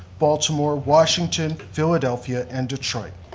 baltimore, washington, philadelphia and detroit.